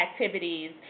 activities